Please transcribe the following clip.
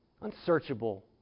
Unsearchable